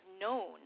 known